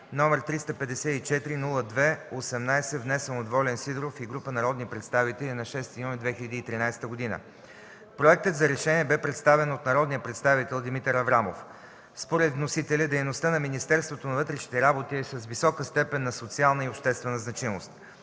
г., № 354-02-18, внесен от Волен Сидеров и група народни представители на 6 юни 2013 г. Проектът за решение бе представен от народния представител Димитър Аврамов. Според вносителя дейността на Министерство на вътрешните работи е с висока степен на социална и обществена значимост.